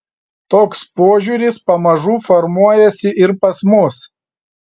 toks požiūris pamažu formuojasi ir pas mus